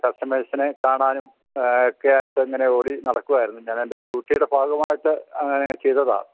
കസ്റ്റമേഴ്സിനെ കാണാനും ഒക്കെ ആയിട്ട് ഇങ്ങനെ ഓടിനടക്കുകയായിരുന്നു ഞാനെൻ്റെ ഡ്യൂട്ടിയുടെ ഭാഗമായിട്ട് അങ്ങനെ ചെയ്തതാണ്